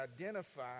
identify